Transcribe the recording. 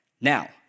Now